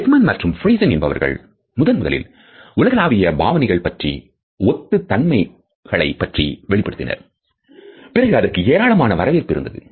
Ekman மற்றும் Friesen என்பவர்கள் முதன்முதலில் உலகளாவிய முகபாவனைகள் பற்றிய ஒத்ததன்மைகளைப் பற்றி வெளிப்படுத்தினர் பிறகு அதற்கு ஏராளமான வரவேற்பு இருந்தது